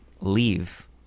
leave